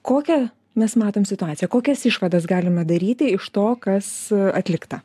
kokią mes matom situaciją kokias išvadas galima daryti iš to kas atlikta